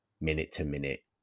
minute-to-minute